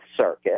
Circuit